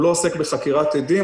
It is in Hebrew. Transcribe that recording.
הוא לא עוסק בחקירת עדים,